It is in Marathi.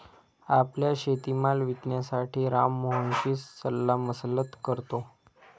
आपला शेतीमाल विकण्यासाठी राम मोहनशी सल्लामसलत करतो